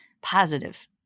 positive